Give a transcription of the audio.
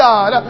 God